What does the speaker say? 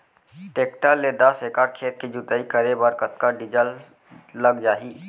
Tractor ले दस एकड़ खेत के जुताई करे बर कतका डीजल लग जाही?